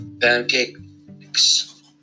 pancakes